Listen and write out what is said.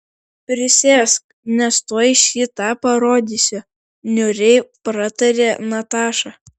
prisėsk nes tuoj šį tą parodysiu niūriai pratarė nataša